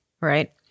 right